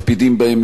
ויש כאלה,